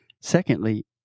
Secondly